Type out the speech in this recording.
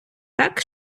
так